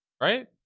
Right